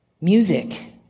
Music